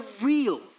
real